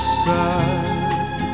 sad